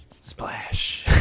Splash